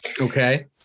Okay